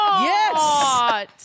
Yes